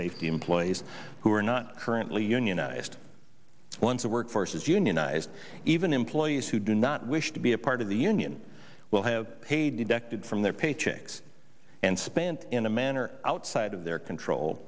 safety employees who are not currently unionized once the workforce is unionized even employees who do not wish to be a part of the union will have paid directed from their paychecks and spent in a manner outside of their control